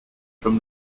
from